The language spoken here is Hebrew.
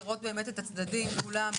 לראות את הצדדים כולם,